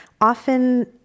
often